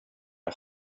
jag